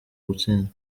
gutsinda